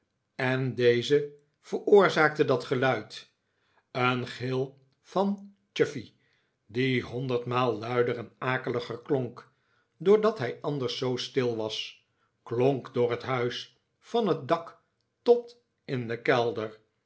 en deze veroorzaakte dat geluid een gil van chuffey die honderdmaal luider en akeliger klonk doordat hij anders zoo stil was klonk door het huis van het dak tot in den kelder